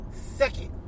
Second